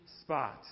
spot